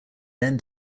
then